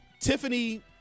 Tiffany